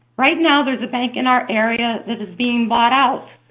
right now there's a bank in our area that is being bought out,